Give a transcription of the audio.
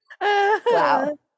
Wow